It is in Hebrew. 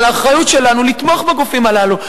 אחריות שלנו, לתמוך בגופים הללו.